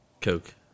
Coke